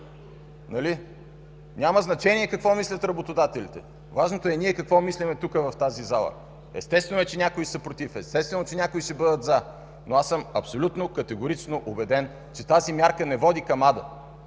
Няма значение какво мислят работодателите. Важното е ние тук, в тази зала, какво мислим. Естествено е, че някои ще са против, естествено, че някои ще бъдат за. Но аз съм абсолютно категорично убеден, че тази мярка не води към Ада,